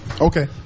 Okay